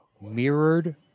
mirrored